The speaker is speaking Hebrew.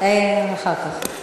נו, אחר כך.